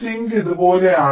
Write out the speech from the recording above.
zinc ഇതുപോലെയാണ്